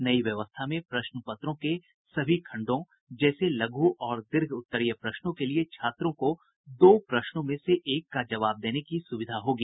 नई व्यवस्था में प्रश्न पत्रों के सभी खंडों जैसे लघु और दीर्घ उत्तरीय प्रश्नों के लिए छात्रों को दो प्रश्नों में से एक का जवाब देने की सुविधा होगी